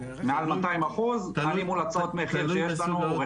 מעל 200%. אני מול הצעות מחיר שיש לנו.